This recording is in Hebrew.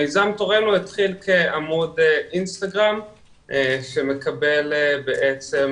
מיזם תורנו התחיל כעמוד אינסטגרם שמקבל בעצם